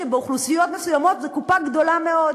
ובאוכלוסיות מסוימות זאת קופה גדולה מאוד.